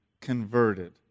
converted